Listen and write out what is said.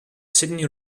sidney